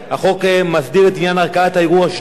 החוק מסדיר את עניין ערכאת הערעור השנייה